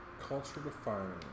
Culture-defining